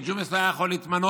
וג'ומס לא היה יכול להתמנות,